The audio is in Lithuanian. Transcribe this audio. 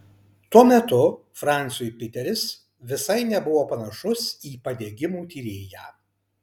tuo metu franciui piteris visai nebuvo panašus į padegimų tyrėją